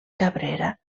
cabrera